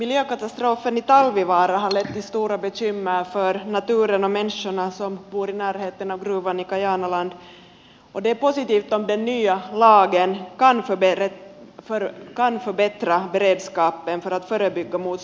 miljökatastrofen i talvivaara har lett till stora bekymmer för naturen och människorna som bor i närheten av gruvan i kajanaland och det är positivt om den nya lagen kan förbättra beredskapen för att förebygga motsvarande olyckor